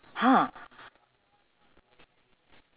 !huh!